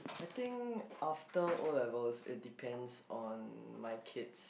I think after O-level it depends on my kids